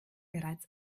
bereits